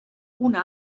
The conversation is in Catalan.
una